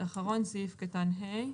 הסעיף האחרון הוא סעיף קטן (ה)